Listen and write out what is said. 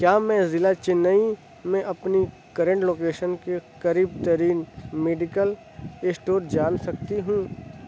کیا میں ضلع چنئی میں اپنی کرنٹ لوکیشن کے قریب ترین میڈیکل اسٹور جان سکتی ہوں